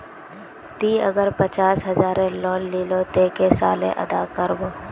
ती अगर पचास हजारेर लोन लिलो ते कै साले अदा कर बो?